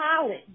college